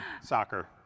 Soccer